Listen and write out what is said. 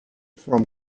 from